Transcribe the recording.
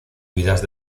vidas